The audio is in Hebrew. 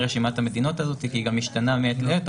רשימת המדינות הזאת כי היא גם משתנה מעת לעת,